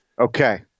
Okay